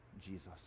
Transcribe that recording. Jesus